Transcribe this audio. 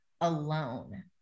alone